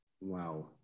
Wow